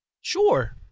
Sure